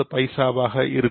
50 பைசாவாக இருக்கும்